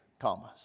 Thomas